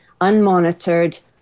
unmonitored